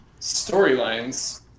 storylines